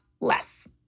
less